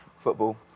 football